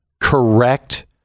correct